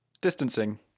distancing